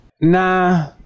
nah